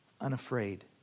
unafraid